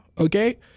Okay